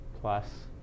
plus